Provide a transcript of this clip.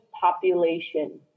population